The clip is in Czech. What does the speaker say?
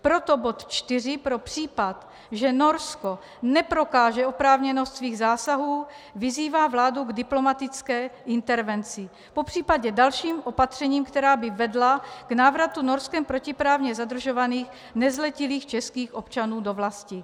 Proto bod 4 pro případ, že Norsko neprokáže oprávněnost svých zásahů, vyzývá vládu k diplomatické intervenci, popř. dalším opatřením, která by vedla k návratu Norskem protiprávně zadržovaných nezletilých českých občanů do vlasti.